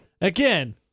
Again